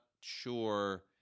sure